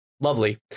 Lovely